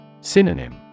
Synonym